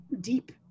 deep